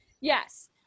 Yes